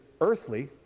earthly